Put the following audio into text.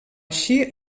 així